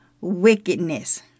wickedness